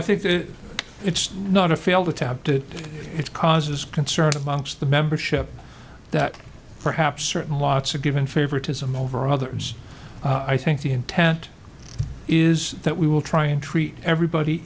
i think it's not a failed attempt it it causes concern amongst the membership that perhaps certain lots of given favoritism over others i think the intent is that we will try and treat everybody